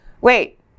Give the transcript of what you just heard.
wait